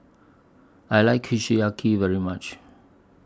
I like Kushiyaki very much